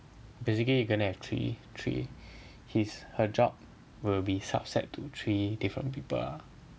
basically you going to have three three his her job will be subset to three different people ah